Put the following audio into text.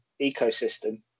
ecosystem